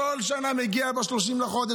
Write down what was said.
בכל שנה זה מגיע ב-30 לחודש,